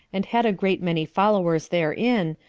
and had a great many followers therein,